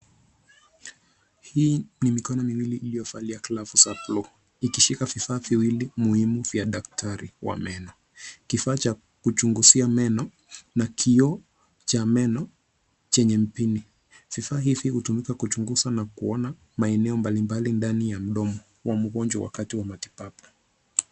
Hii ni mikono miwili iliyovalia glavu za bluu ikishika vifaa viwili muhimu vya daktari wa meno. Kifaa cha kuchunguzia meno na kioo cha meno chenye mpini. Vifaa hivi hutumika kuchunguza na kuona maeneo mbalimbali ndani ya mdomo wa mgonjwa wakati wa matibabu.